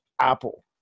Apple